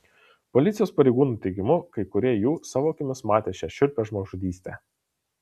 policijos pareigūnų teigimu kai kurie jų savo akimis matė šią šiurpią žmogžudystę